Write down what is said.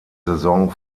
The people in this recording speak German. saison